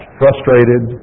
frustrated